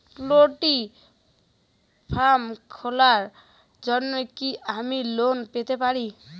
Poultry farm খোলার জন্য কি আমি লোন পেতে পারি?